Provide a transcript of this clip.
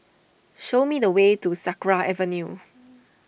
show me the way to Sakra Avenue